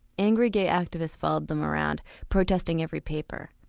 angry gay activists followed them around protesting every paper.